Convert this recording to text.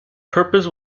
purpose